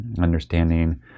understanding